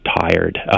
tired